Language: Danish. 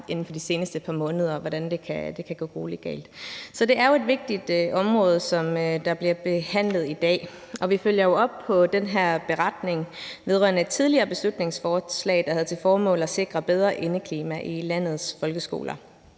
inden for de seneste par måneder set, hvordan det kan gå gruelig galt. Så det er jo et vigtigt område, der bliver behandlet i dag, og vi følger jo op på en beretning vedrørende et tidligere beslutningsforslag, der havde til formål at sikre et bedre indeklima i landets folkeskoler.